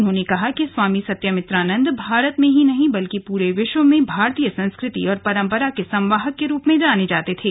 उन्होंने कहा कि स्वामी सत्यमित्रानन्द भारत में ही नहीं बल्कि पूरे विश्व में भारतीय संस्कृति और परंपरा के संवाहक के रूप में जाने जाते थे